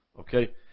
Okay